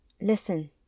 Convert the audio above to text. Listen